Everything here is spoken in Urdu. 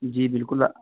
جی بالکل آ